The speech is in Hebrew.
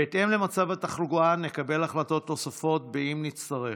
בהתאם למצב התחלואה נקבל החלטות נוספות, אם נצטרך.